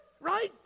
right